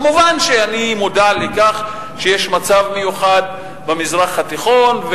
כמובן שאני מודע לכך שיש מצב מיוחד במזרח התיכון,